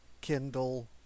Kindle